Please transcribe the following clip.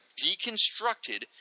deconstructed